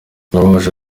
birababaje